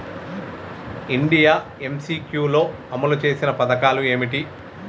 India MCQ లో అమలు చేసిన పథకాలు ఏమిటి?